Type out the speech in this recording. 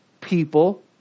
people